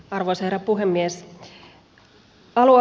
arvoisa herra puhemies